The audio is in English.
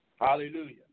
Hallelujah